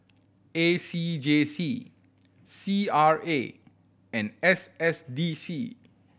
A C J C C R A and S S D C